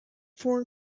four